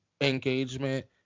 engagement